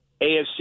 AFC